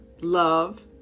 love